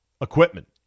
equipment